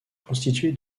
constituée